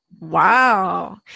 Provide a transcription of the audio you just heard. Wow